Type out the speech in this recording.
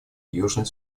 южный